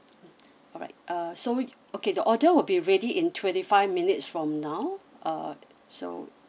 uh so okay the order will be ready in twenty five minutes from now uh so